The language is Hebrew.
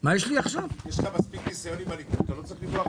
אני נכנס בסוף ינואר ומדווח לך.